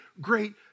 great